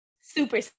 Super